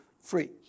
free